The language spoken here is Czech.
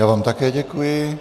Já vám také děkuji.